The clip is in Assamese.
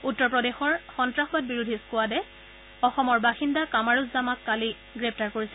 উত্তৰ প্ৰদেশৰ সন্তাসবাদ বিৰোধী স্কোৱাডে অসমৰ বাসিন্দা কামাৰুজ্জামাক কালি গ্ৰেপ্তাৰ কৰিছিল